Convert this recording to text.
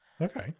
Okay